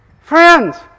friends